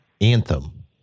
Anthem